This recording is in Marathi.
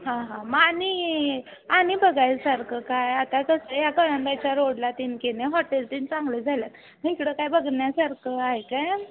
हां हां मग आणि आणि बघायसारखं काही आता कसं आहे या कळंब्याच्या रोडला तेन की नाही हॉटेल तेन चांगलं झाल्यात मग इकडं काही बघण्यासारखं आहे का